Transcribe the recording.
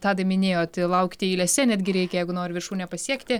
tadai minėjot laukti eilėse netgi reikia jeigu nori viršūnę pasiekti